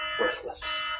worthless